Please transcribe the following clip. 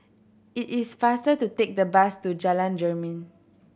it is faster to take the bus to Jalan Jermin